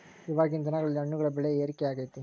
ಇವಾಗಿನ್ ದಿನಗಳಲ್ಲಿ ಹಣ್ಣುಗಳ ಬೆಳೆ ಏರಿಕೆ ಆಗೈತೆ